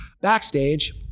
Backstage